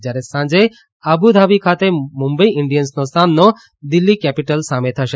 જયારે સાંજે આબુધાબી ખાતે મુંબઇ ઇન્ડિયઝનો સામનો દિલ્ફી કેપીટલ્સ સામે થશે